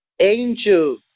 angel